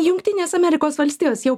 jungtinės amerikos valstijos jau